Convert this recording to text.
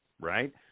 right